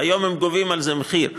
והיום הם גובים על זה כסף